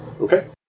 Okay